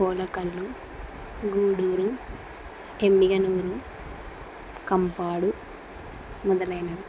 కోటేకల్లు గూడూరు ఎమ్మిగనూరు కంపాడు మొదలైనవి